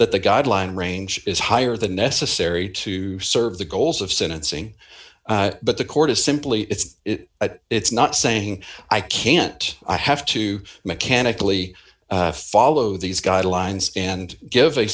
that the guideline range is higher than necessary to serve the goals of sentencing but the court is simply it's at it's not saying i can't i have to mechanically follow these guidelines and give a